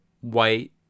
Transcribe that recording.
white